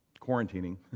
quarantining